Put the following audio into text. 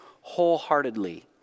wholeheartedly